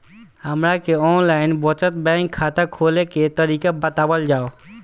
हमरा के online बचत बैंक खाता खोले के तरीका बतावल जाव?